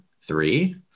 three